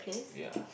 ya